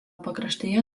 pakraštyje